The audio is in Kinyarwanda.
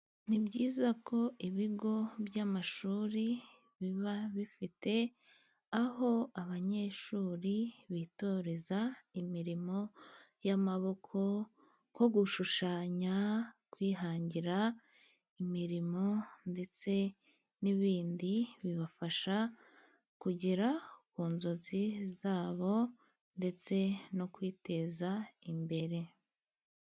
Ni byiza ko ibigo by'amashuri biba bifite aho abanyeshuri bitoreza imirimo y'amaboko, nko gushushanya, kwihangira imirimo, ndetse n'ibindi bibafasha kugera ku nzozi zabo, ndetse no kwiteza imbere.